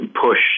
push